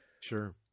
Sure